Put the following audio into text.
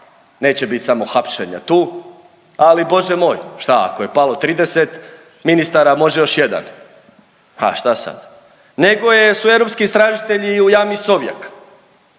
neće bit samo hapšenja tu, ali Bože moj, šta ako je palo 30 ministara, može još jedan, ha šta sad nego su europski istražitelji i u Jami Sovjak,